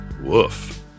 Woof